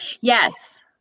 Yes